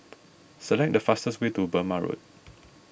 select the fastest way to Burmah Road